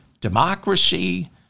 democracy